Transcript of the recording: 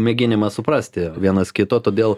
mėginimą suprasti vienas kito todėl